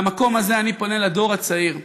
מהמקום הזה אני פונה לדור הצעיר,